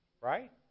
Right